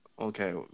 Okay